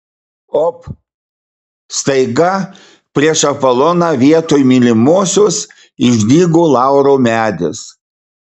op staiga prieš apoloną vietoj mylimosios išdygo lauro medis